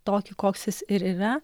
tokį koks jis ir yra